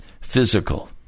physical